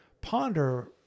ponder